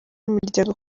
n’imiryango